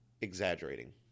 exaggerating